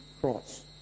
cross